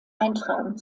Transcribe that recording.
eintragen